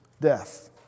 death